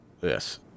Yes